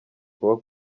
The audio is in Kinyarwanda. kuba